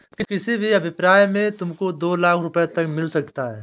किसी भी अप्रिय स्थिति में तुमको दो लाख़ रूपया तक मिल सकता है